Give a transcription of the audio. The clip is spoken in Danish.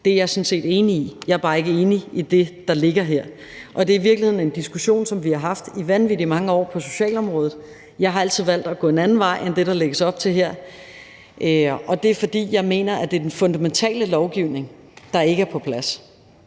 Det er jeg sådan set enig i. Jeg er bare ikke enig i det, der ligger her. Det er i virkeligheden en diskussion, vi har haft i vanvittig mange år på socialområdet. Jeg har altid valgt at gå en anden vej end den, der lægges op til her, og det er, fordi jeg mener, at det er den fundamentale lovgivning, der ikke er på plads.